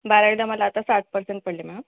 बारावीला मला आता साठ परसेंट पडले मॅम